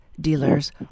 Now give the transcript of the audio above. dealers